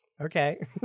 Okay